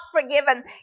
forgiven